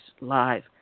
live